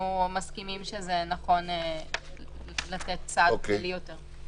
מסכימים שנכון לתת סעד כללי יותר לנושים.